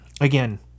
again